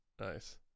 Nice